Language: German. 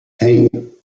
hei